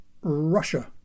Russia